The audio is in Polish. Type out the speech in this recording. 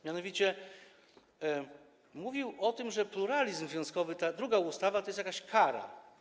Mianowicie mówił o tym, że pluralizm związkowy, chodzi o tę drugą ustawę, to jest jakaś kara.